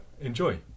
Enjoy